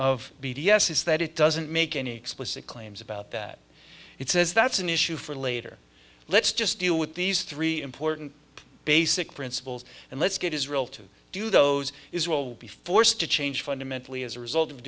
s is that it doesn't make any explicit claims about that it says that's an issue for later let's just deal with these three important basic principles and let's get israel to do those is will be forced to change fundamentally as a result of